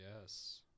Yes